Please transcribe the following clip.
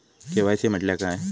KYC म्हटल्या काय?